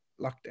lockdown